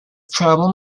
problem